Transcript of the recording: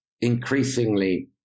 increasingly